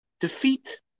defeat